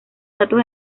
datos